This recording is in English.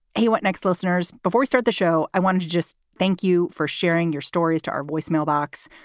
he went next, listeners. before we start the show, i wanted to just thank you for sharing your stories to our voicemail box.